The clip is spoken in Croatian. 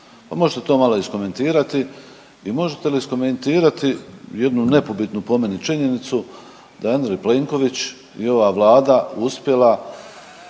možete to malo iskomentirati. I možete li iskomentirati jednu nepobitnu po meni činjenicu da je Andrej Plenković i ova vlada uspjela